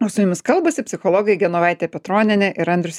o su jumis kalbasi psichologai genovaitė petronienė ir andrius